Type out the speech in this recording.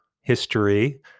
history